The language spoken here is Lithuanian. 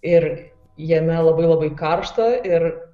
ir jame labai labai karšta ir